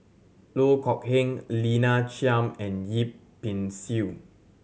Loh Kok Heng Lina Chiam and Yip Pin Xiu